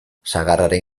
sagarraren